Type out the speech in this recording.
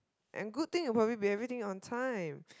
and good thing will probably be every thing on time